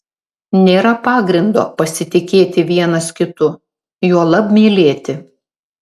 nėra pagrindo pasitikėti vienas kitu juolab mylėti